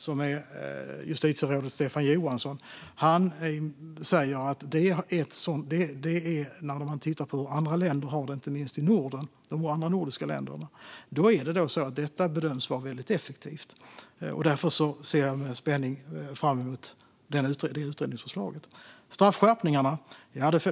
Utredaren, justitierådet Stefan Johansson, har sett att detta i andra länder, inte minst i de andra nordiska länderna, bedöms som mycket effektivt. Därför ser jag med spänning fram emot utredningens förslag.